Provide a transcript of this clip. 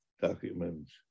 documents